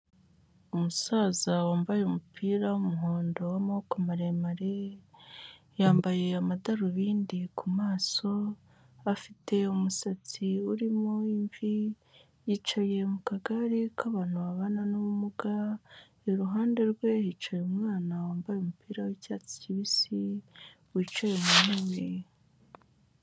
Umusaza wambaye umupira w'umuhondo w'amaboko maremare, yambaye amadarubindi ku maso, afite umusatsi urimo imvi, yicaye mu kagare k'abantu babana n'ubumuga, iruhande rwe hicaye umwana wambaye umupira w'icyatsi kibisi, wicaye mu ntebe.